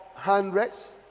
Hundreds